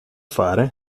fare